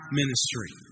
ministry